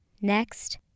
Next